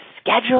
schedule